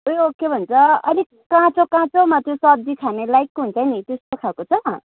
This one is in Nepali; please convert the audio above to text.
उयो के भन्छ अलिक काँचो काँचोमा त्यो सब्जी खाने लाइकको हुन्छ नि त्यस्तो खाले छ